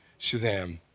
Shazam